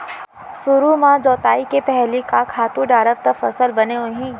सुरु म जोताई के पहिली का खातू डारव त फसल बने होही?